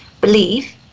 believe